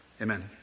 Amen